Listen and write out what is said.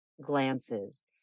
glances